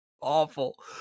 Awful